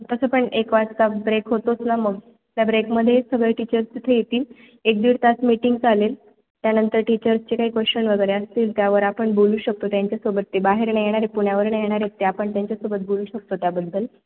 तसं पण एक वाजता ब्रेक होतोच ना मग त्या ब्रेकमध्ये सगळे टीचर्स तिथे येतील एक दीड तास मीटिंग चालेल त्यानंतर टीचर्सचे काही क्वेश्नन वगैरे असतील त्यावर आपण बोलू शकतो त्यांच्यासोबत ते बाहेरनं येणार आहे पुण्यावरनं येणार आहेत ते आपण त्यांच्यासोबत बोलू शकतो त्याबद्दल